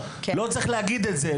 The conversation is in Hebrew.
לא צריך להגיד את זה,